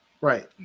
Right